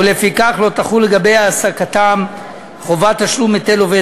ולפיכך לא תחול לגבי העסקתם חובת תשלום היטל עובד